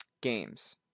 games